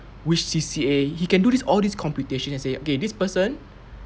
which C_C_A he can do this all these computation and say okay this person